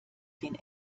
den